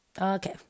okay